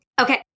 Okay